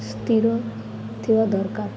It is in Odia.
ସ୍ଥିର ଥିବା ଦରକାର